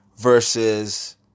versus